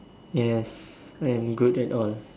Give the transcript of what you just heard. yes I'm good at all